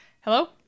Hello